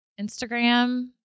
Instagram